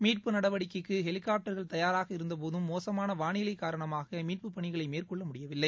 மீட்பு நடவடிக்கைக்கு ஹெலிகாட்டர்கள் தயாராக இருந்தபோதும் மோசமான வாளிலை காரணமாக மீட்புப் பணிகளை மேற்கொள்ள முடியவில்லை